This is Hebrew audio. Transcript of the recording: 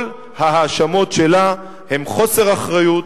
כל ההאשמות שלה הן חוסר אחריות,